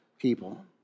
people